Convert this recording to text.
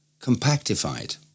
compactified